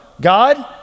God